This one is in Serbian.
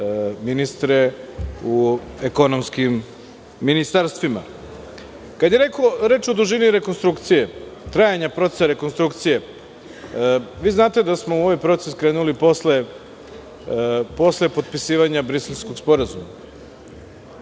ministre u ekonomskim ministarstvima. Kada je reč o dužini rekonstrukcije, trajanja procesa rekonstrukcije. Vi znate da smo u ovaj proces krenuli posle potpisivanja Briselskog sporazuma.